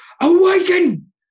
Awaken